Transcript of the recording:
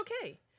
okay